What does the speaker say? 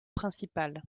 principal